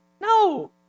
No